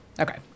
Okay